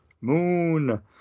moon